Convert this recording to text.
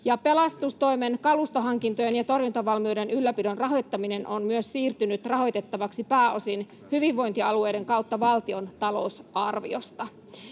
pelastustoimen kalustohankintojen ja torjuntavalmiuden ylläpidon rahoittaminen on siirtynyt rahoitettavaksi pääosin hyvinvointialueiden kautta valtion talousarviosta.